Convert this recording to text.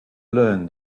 learn